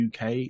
UK